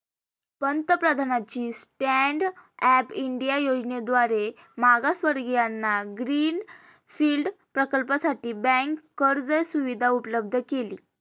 पंतप्रधानांनी stand up India योजनेद्वारे मागासवर्गीयांना ग्रीन फील्ड प्रकल्पासाठी बँक कर्ज सुविधा उपलब्ध केली